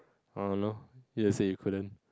um no you say you couldn't